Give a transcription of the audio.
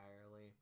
entirely